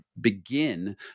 begin